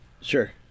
sure